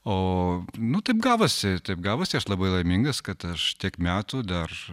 o nu taip gavosi taip gavosi aš labai laimingas kad aš tiek metų dar